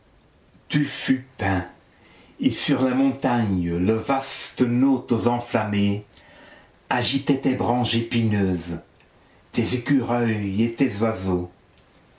et sur les montagnes le vaste nôtos enflammé agitait tes branches épineuses tes écureuils et tes oiseaux